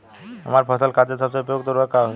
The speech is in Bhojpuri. हमार फसल खातिर सबसे उपयुक्त उर्वरक का होई?